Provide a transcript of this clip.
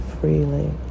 freely